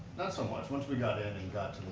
not so much, once we got in and got